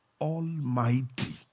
Almighty